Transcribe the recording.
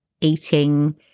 eating